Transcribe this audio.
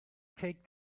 take